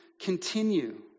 continue